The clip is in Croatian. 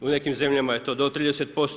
U nekim zemljama je to do 30%